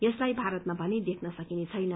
यसलाई भारतमा भने देख्न सकिने छैन